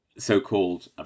so-called